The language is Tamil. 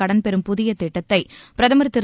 கடன் பெறும் புதிய திட்டத்தை பிரதமர் திரு